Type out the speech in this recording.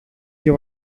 και